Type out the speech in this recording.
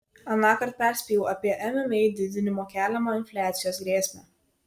anąkart perspėjau apie mma didinimo keliamą infliacijos grėsmę